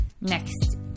Next